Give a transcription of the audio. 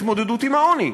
התמודדות עם העוני,